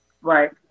Right